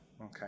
okay